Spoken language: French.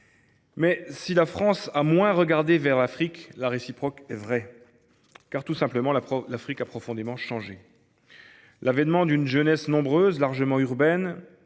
si la France a moins regardé vers l’Afrique, la réciproque est vraie ; car, tout simplement, l’Afrique a profondément changé. L’avènement d’une jeunesse nombreuse, largement urbaine